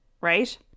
right